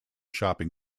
shopping